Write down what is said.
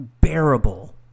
bearable